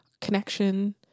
connection